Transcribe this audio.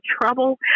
trouble